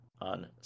on